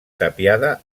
tapiada